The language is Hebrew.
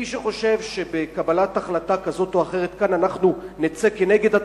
מי שחושב שבקבלת החלטה כזאת או אחרת כאן אנחנו נצא כנגד הטורקים,